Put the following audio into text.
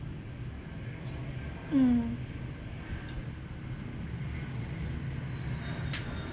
mm